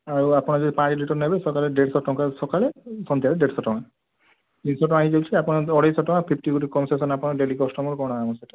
ଆଉ ଆପଣ ଯଦି ପାଞ୍ଚ ଲିଟର୍ ନେବେ ସକାଳେ ଦେଢ଼ଶହ ଟଙ୍କା ସକାଳେ ସନ୍ଧ୍ୟାରେ ଦେଢ଼ଶହ ଟଙ୍କା ତିନିଶହ ଟଙ୍କା ହେଇଯାଉଛି ଆପଣ ଦେବେ ଅଢ଼େଇେଶହ ଟଙ୍କା ଫିଫ୍ଟି ଗୁଟେ କନସେସନ୍ ଆପଣ ଡେଲି କଷ୍ଟମର୍ କଣ ଆଉ ସେଇଟା ଅଛିନା